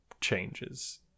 changes